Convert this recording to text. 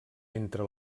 entre